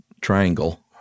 triangle